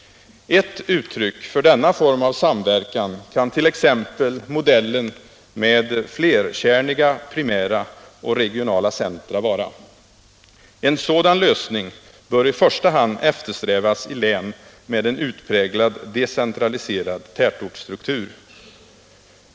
Ett uttryck för denna form av samverkan kan t.ex. modellen med flerkärniga primära och regionala centra vara. En sådan lösning bör i första hand eftersträvas i län med en utpräglat decentraliserad tätortsstruktur.